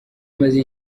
umaze